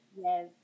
Yes